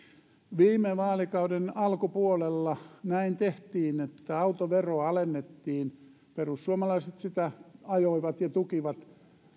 viime vaalikauden alkupuolella näin tehtiin että autoveroa alennettiin perussuomalaiset sitä ajoivat ja tukivat